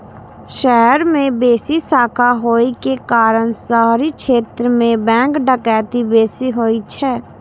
शहर मे बेसी शाखा होइ के कारण शहरी क्षेत्र मे बैंक डकैती बेसी होइ छै